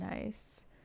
nice